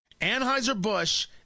Anheuser-Busch